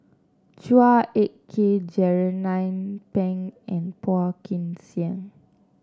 Chua Ek Kay Jernnine Pang and Phua Kin Siang